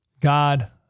god